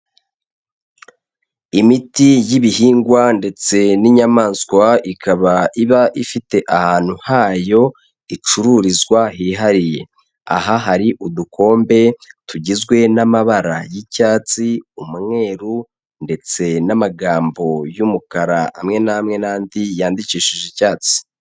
Imiti y'ibihingwa ndetse n'inyamaswa, ikaba iba ifite ahantu hayo icururizwa hihariye. Aha hari udukombe tugizwe n'amabara y'icyatsi ,umweru ndetse n'amagambo y'umukara amwe n'amwe n'andi yandikishije icyatsi.